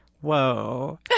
Whoa